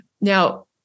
Now